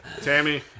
Tammy